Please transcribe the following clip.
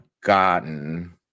gotten